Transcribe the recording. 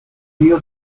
rio